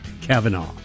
Kavanaugh